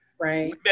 Right